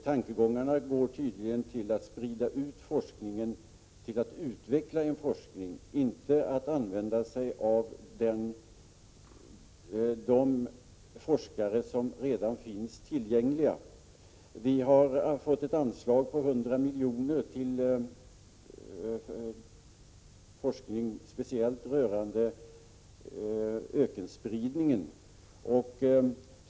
Tankarna går tydligen till att utveckla en forskning, inte att använda sig av de forskare som redan finns tillgängliga. Vi har fått ett anslag på 100 miljoner till forskning, speciellt rörande ökenspridningen.